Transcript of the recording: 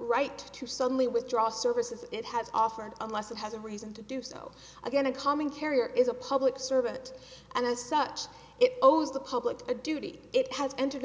right to suddenly withdraw services it has offered unless it has a reason to do so again a common carrier is a public servant and as such it owes the public a duty it has entered